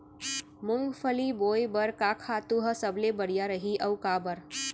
मूंगफली बोए बर का खातू ह सबले बढ़िया रही, अऊ काबर?